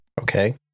okay